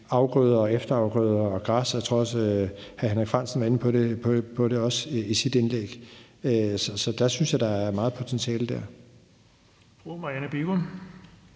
afgrøder, efterafgrøder og græsser. Jeg tror også, hr. Henrik Frandsen var inde på det i sit indlæg. Så jeg synes, der er meget potentiale dér.